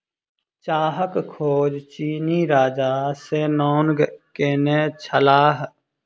चाहक खोज चीनी राजा शेन्नॉन्ग केने छलाह